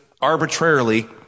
arbitrarily